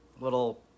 little